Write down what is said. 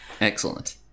Excellent